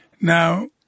Now